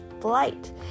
flight